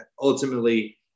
ultimately